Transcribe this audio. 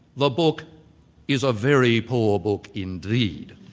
the book is a very poor book indeed.